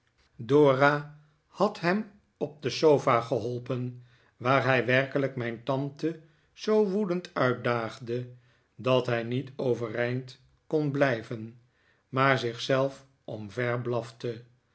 dora had hem op de sofa geholpen waar hij werkelijk mijn tante zoo woedend uitdaagde dat hij niet overeind kon blijven maar zich zelf omver blafte